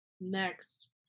next